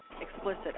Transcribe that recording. explicit